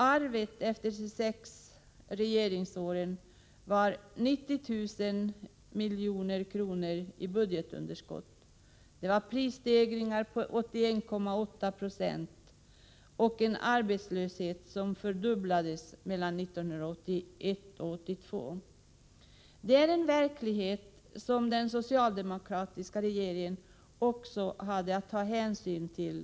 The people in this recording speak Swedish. Arvet efter de sex borgerliga regeringsåren var 90 000 milj.kr. i budgetunderskott, prisstegringar på 81,8 0 och en arbetslöshet som fördubblades mellan 1981 och 1982. Detta är en verklighet som den socialdemokratiska regeringen hade att ta hänsyn till.